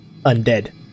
undead